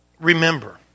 remember